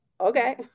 okay